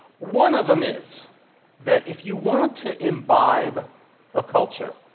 one of them is that if you want to imbibe a culture,